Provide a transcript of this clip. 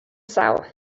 south